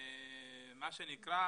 מה שנקרא